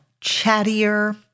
chattier